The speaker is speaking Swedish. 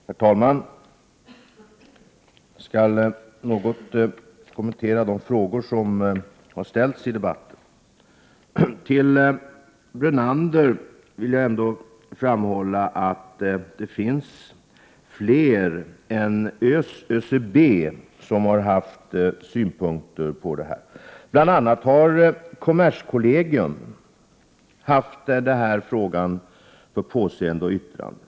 Herr talman! Jag skall något kommentera de frågor som har ställts i debatten. För Lennart Brunander vill jag framhålla att det är fler instanser än ÖCB som har haft synpunkter på detta. Bl.a. har kommerskollegium haft denna fråga till påseende och för yttrande.